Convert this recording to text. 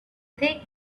thick